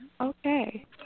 Okay